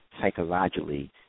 psychologically